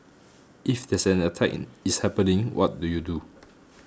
if there's an attack is happening what do you do